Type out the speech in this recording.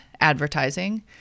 advertising